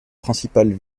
principales